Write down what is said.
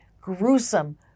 gruesome